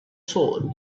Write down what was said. soul